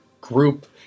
group